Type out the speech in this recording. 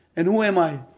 and who am i.